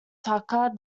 tucker